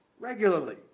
Regularly